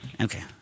Okay